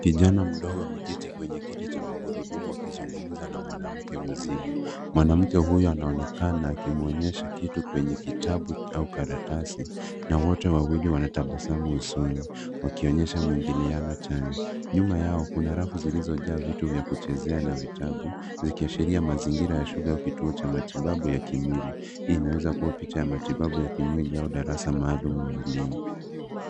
Kijana mdogo ameketi kwenye kiti cha magurudumu akizungumza na mwanamke mzima. Mwanamke huyu anaonekana akimuonyesha kitu kwenye kitabu au karatasi na wote wawili wanatabasamu usoni wakionyesha mwingiliano chanya. Nyuma yao kuna rafu zilizojaa vitu vya kuchezea na vitabu zikiashiria mazingira ya shule au kituo cha matibabu ya kimwili. Hii inaweza kuwa picha ya matibabu ya kimwili au darasa maalum ya elimu.